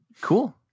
Cool